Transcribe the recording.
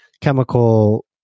chemical